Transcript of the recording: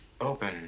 Open